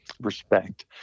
respect